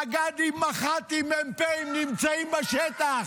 מג"דים, מח"טים, מ"פים נמצאים בשטח.